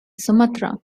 sumatra